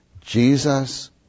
Jesus